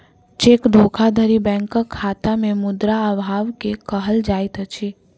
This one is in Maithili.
चेक धोखाधड़ी बैंकक खाता में मुद्रा अभाव के कहल जाइत अछि